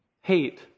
hate